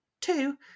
Two